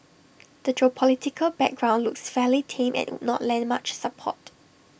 the geopolitical backdrop looks fairly tame and would not lend much support